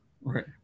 Right